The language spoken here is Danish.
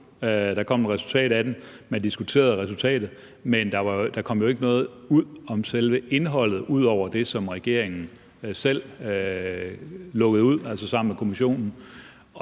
man diskuterede resultatet, men der kom jo ikke noget ud om selve indholdet ud over det, som regeringen selv lukkede ud, altså sammen med kommissionen.